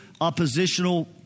oppositional